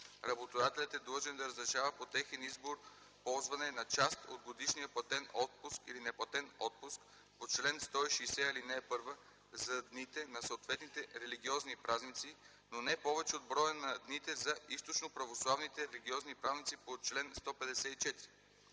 работодателят е длъжен да разрешава по техен избор ползване на част от годишния платен отпуск или неплатен отпуск по чл. 160, ал. 1 за дните на съответните религиозни празници, но не повече от броя на дните за източноправославните религиозни празници по чл. 154.